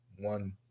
one